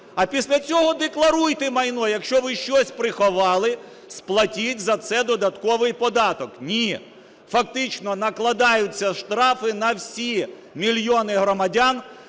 А після цього декларуйте майно. Якщо ви щось приховали, сплатіть за це додатковий податок. Ні, фактично накладаються штрафи на всі мільйони громадян,